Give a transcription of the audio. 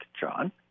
john